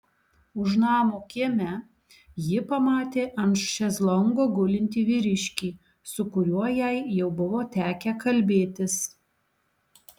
už namo kieme ji pamatė ant šezlongo gulintį vyriškį su kuriuo jai jau buvo tekę kalbėtis